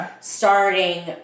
starting